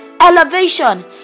Elevation